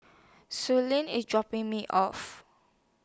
Suellen IS dropping Me off